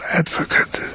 advocate